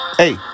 hey